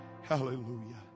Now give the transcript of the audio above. Hallelujah